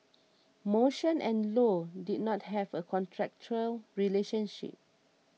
motion and Low did not have a contractual relationship